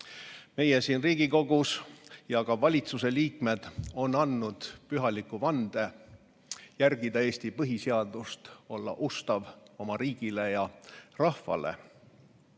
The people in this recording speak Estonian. Meie siin Riigikogus oleme ja ka valitsuse liikmed on andnud pühaliku vande järgida Eesti põhiseadust, olla ustav oma riigile ja rahvale.